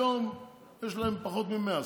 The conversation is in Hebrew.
היום יש להם פחות מ-100.